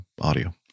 audio